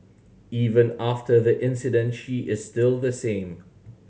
even after the incident she is still the same